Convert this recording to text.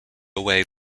way